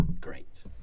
great